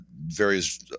various